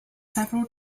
several